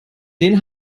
den